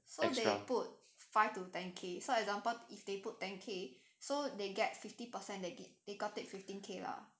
so they put five to ten K so example if they put ten K so they get fifty percent they got it fifteen K lah